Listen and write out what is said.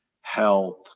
health